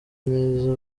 neza